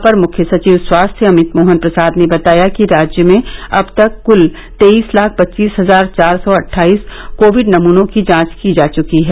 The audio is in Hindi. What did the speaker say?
अपर मुख्य सचिव स्वास्थ्य अमित मोहन प्रसाद ने बताया कि राज्य में अब तक कुल तेईस लाख पच्चीस हजार चार सौ अट्ठाइस कोविड नमूनों की जांच की जा चुकी है